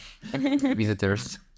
visitors